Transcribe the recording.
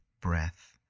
breath